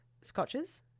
scotches